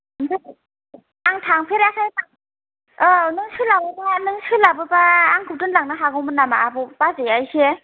आं थांफेराखै औ नों सोलाबोब्ला नों सोलाबोब्ला आंखौ दोनलांनो हागौमोन नामा आब' बाजैआ एसे